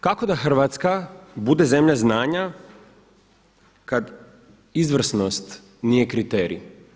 Kako da Hrvatska bude zemlja znanja kad izvrsnost nije kriterij?